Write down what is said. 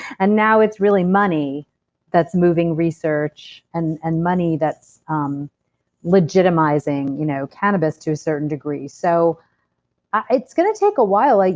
and now it's really money that's moving research, and and money that's legitimizing you know cannabis to a certain degree. so it's gonna take awhile. like